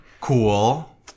Cool